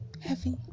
Heavy